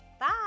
Bye